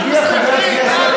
הגיע חבר הכנסת,